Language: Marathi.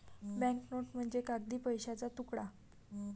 बँक नोट म्हणजे कागदी पैशाचा तुकडा